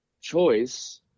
choice